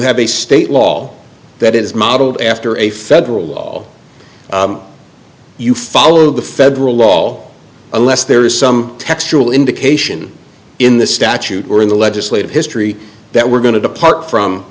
have a state law that is modeled after a federal law you follow the federal law unless there is some textual indication in the statute or in the legislative history that we're going to depart from